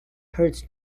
hurt